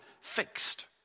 fixed